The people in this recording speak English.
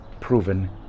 proven